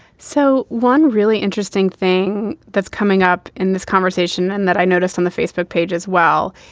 so one really interesting thing that's coming up in this conversation and that i noticed on the facebook page as well,